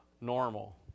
normal